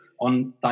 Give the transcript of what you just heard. on